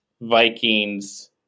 Vikings